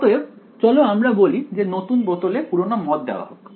অতএব চলো আমরা বলি যে নতুন বোতলে পুরনো মদ দেওয়া হোক